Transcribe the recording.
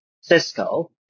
Cisco